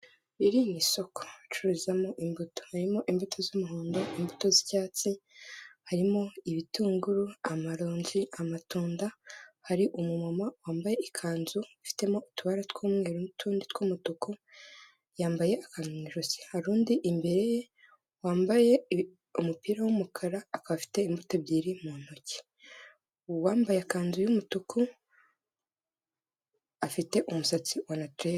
Iri ni isoko bacururizamo imbuto, harimo imbuto z'umuhondo, imbuto z'icyatsi, harimo ibitunguru, amaronji, amatunda, hari umu mama wambaye ikanzu ifitemo utubara tw'umweru, n'utundi tw'umutuku, yambaye akantu mu ijosi, hari undi imbere ye, wambaye umupira w'umukara, akaba afite imbuto ebyiri mu ntoki, uwambaye ikanzu y'umutuku afite umusatsi wa naturaire.